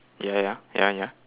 ya ya ya ya